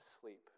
sleep